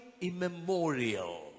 immemorial